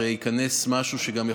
2. אנחנו מאפשרים למידה מרחוק,